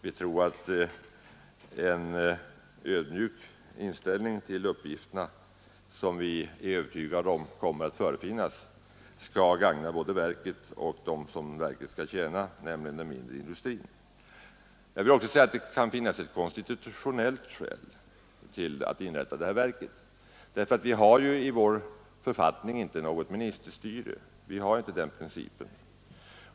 Vi tror att en ödmjuk inställning till uppgifterna — som vi är övertygade om kommer att förefinnas — skall gagna både verket och dem som det skall tjäna, nämligen de mindre industriföretagen. Det kan också finnas ett konstitutionellt skäl till att inrätta det här verket. Vi har i vår författning inte ministerstyre som princip.